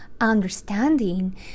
understanding